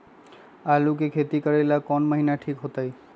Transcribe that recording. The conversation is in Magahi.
आलू के खेती करेला कौन महीना ठीक होई?